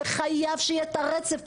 שחייב שיהיה את הרצף,